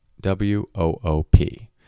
W-O-O-P